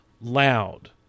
Loud